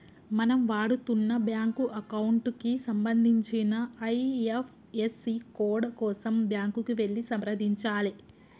మనం వాడుతున్న bank account కి సంబంధించిన ఐ.ఎఫ్.ఎస్.సి కోడ్ కోసం బ్యాంకుకి వెళ్లి సంప్రదించాలే